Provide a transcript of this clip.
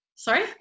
sorry